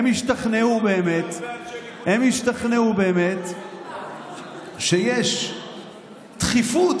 הם השתכנעו באמת שיש דחיפות,